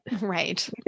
Right